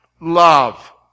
love